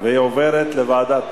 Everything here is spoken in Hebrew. והיא עוברת לוועדת,